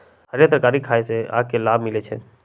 हरीयर तरकारी खाय से आँख के लाभ मिलइ छै